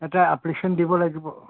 এটা এপ্লিকেশ্যন দিব লাগিব